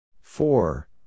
Four